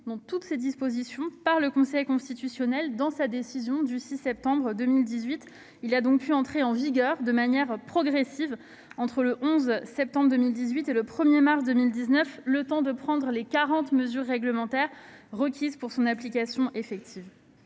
dans toutes ses dispositions par le Conseil constitutionnel dans sa décision du 6 septembre 2018. Il a donc pu entrer en vigueur de manière progressive entre le 11 septembre 2018 et le 1 mars 2019, le temps de prendre les quarante mesures réglementaires requises pour son application effective.